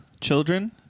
children